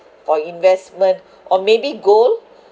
for investment or maybe gold